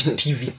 tv